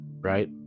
right